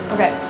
Okay